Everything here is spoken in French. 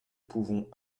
pouvons